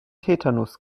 tetanus